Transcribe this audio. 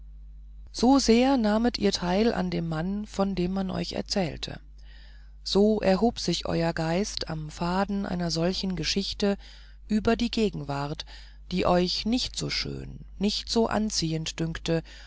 so sehr nahmet ihr teil an dem mann von dem man euch erzählte so erhob sich euer geist am faden einer solchen geschichte über die gegenwart die euch nicht so schön nicht so anziehend dünkte